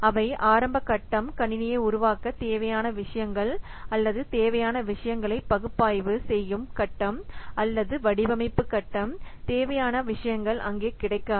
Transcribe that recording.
அவை ஆரம்ப கட்டம் கணினியை உருவாக்க தேவையான விஷயங்கள் அல்லது தேவையான விஷயங்களை பகுப்பாய்வு செய்யும் கட்டம் அல்லது வடிவமைப்பு கட்டம் தேவையான விஷயங்கள் அங்கே கிடைக்காது